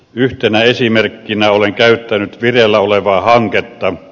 yhtenä esimerkkinä olen käyttänyt vireillä olevaa hanketta